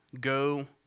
go